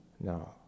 No